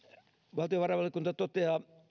valtiovarainvaliokunta toteaa